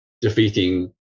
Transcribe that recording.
defeating